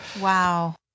Wow